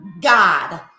God